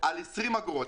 בגלל 20 אגורות.